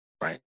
right